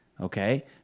Okay